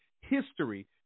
history